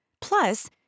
Plus